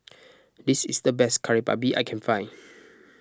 this is the best Kari Babi I can find